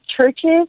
churches